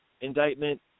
indictment